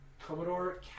Commodore